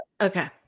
okay